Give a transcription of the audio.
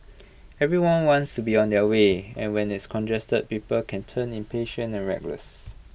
everyone wants to be on their way and when it's congested paper can turn impatient and reckless